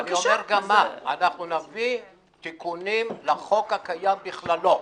ואני אומר גם מה אנחנו נביא תיקונים לחוק הקיים בכללו,